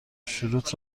شروط